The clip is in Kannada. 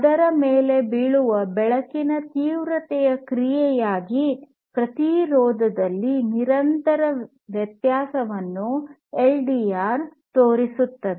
ಅದರ ಮೇಲೆ ಬೀಳುವ ಬೆಳಕಿನ ತೀವ್ರತೆಯ ಕ್ರಿಯೆಯಾಗಿ ಪ್ರತಿರೋಧದಲ್ಲಿ ನಿರಂತರ ವ್ಯತ್ಯಾಸವನ್ನು ಎಲ್ಡಿಆರ್ ತೋರಿಸುತ್ತದೆ